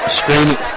screaming